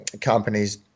companies